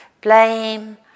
blame